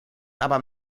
aber